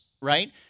right